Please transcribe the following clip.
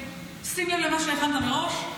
שים לב למה שהכנת מראש,